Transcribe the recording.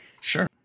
Sure